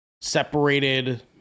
separated